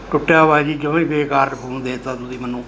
ਟੁੱਟਿਆ ਵਾ ਜੀ ਜਮਾਂ ਹੀ ਬੇਕਾਰ ਫੋਨ ਦੇ ਤਾ ਤੁਸੀਂ ਮੈਨੂੰ